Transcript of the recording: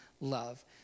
love